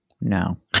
no